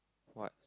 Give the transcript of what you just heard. what